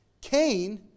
Cain